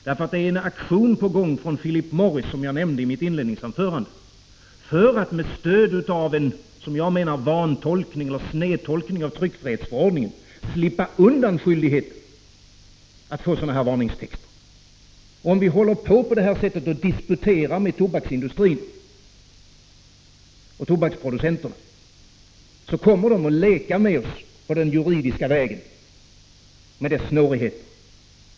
Som jag nämnde i mitt inledningsanförande, är en aktion på gång från Philip Morris för att med stöd av en, som jag menar, vantolkning och snedtolkning av tryckfrihetsförordningen slippa undan skyldigheten att förse paketen med varningstext. Om vi fortsätter att disputera med tobaksproducenterna, kommer de att leka med oss på den juridiska vägen med dess snårigheter.